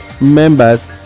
members